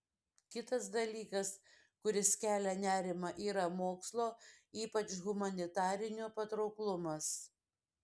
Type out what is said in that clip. kitas dalykas kuris kelia nerimą yra mokslo ypač humanitarinio patrauklumas